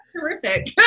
terrific